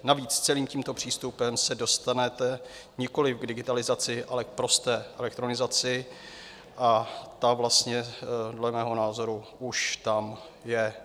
Navíc celým tímto přístupem se dostanete nikoliv k digitalizaci, ale k prosté elektronizaci, a ta vlastně dle mého názoru už tam je.